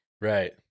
Right